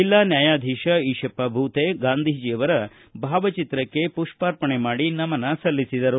ಜೆಲ್ಲಾ ನ್ಯಾಯಾಧೀಶ ಈಶಪ್ಪ ಭೂತೆ ಗಾಂಧೀಜಿಯವರ ಭಾವಚಿತ್ರಕ್ಕೆ ಪು ಪ್ಪರ್ಪಣೆ ಮಾಡಿ ನಮನ ಸಲ್ಲಿಸಿದರು